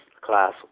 class